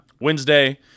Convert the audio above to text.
Wednesday